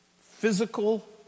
physical